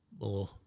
more